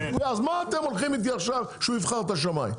אז מה אתם הולכים איתי עכשיו שהוא יבחר את השמאי?